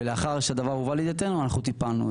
ולאחר שהדבר הובא לידיעתנו טיפלנו.